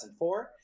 2004